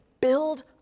build